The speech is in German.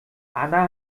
anna